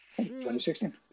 2016